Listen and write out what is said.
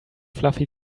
fluffy